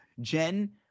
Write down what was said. Jen